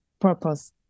purpose